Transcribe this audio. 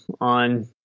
on